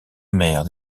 mère